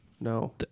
No